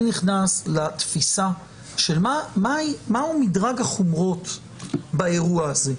אני נכנס לתפיסה של מהו מדרג החומרות באירוע הזה.